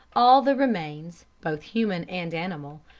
all the remains, both human and animal,